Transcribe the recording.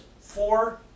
four